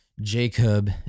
Jacob